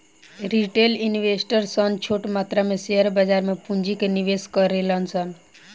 retail investor सन छोट मात्रा में शेयर बाजार में पूंजी के निवेश करेले सन